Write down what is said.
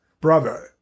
brother